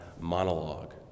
monologue